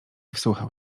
wsłuchał